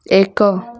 ଏକ